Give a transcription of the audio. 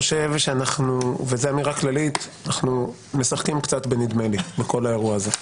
אני חושב שאנחנו משחקים קצת בנדמה לי בכל האירוע הזה.